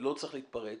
שלא צריך להתפרץ,